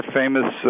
famous